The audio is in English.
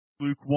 Luke